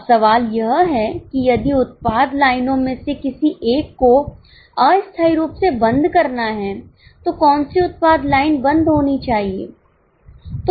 अब सवाल यह है कि यदि उत्पाद लाइनों में से किसी एक को अस्थायी रूप से बंद करना है तो कौन सी उत्पाद लाइन बंद होनी चाहिए